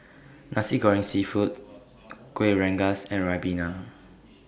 Nasi Goreng Seafood Kueh Rengas and Ribena